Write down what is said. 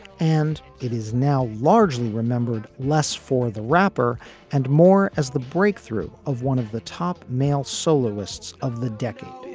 and it is now largely remembered less for the rapper and more as the breakthrough of one of the top male soloists of the decade.